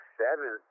seven